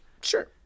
Sure